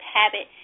habit